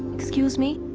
excuse me!